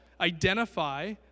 identify